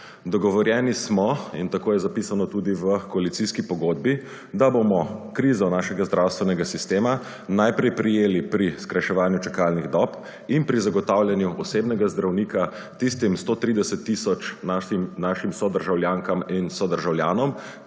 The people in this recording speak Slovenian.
Dogovorjeni smo – in tako je zapisano tudi v koalicijski pogodbi -, da bomo krizo našega zdravstvenega sistema najprej prijeli pri skrajševanju čakalnih dob in pri zagotavljanju osebnega zdravnika tistim 130 tisoč našim sodržavljankam in sodržavljanom,